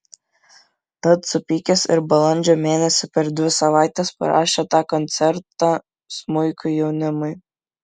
tad supykęs ir balandžio mėnesį per dvi savaites parašė tą koncertą smuikui jaunimui